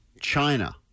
China